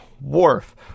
wharf